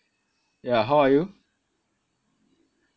yah how are you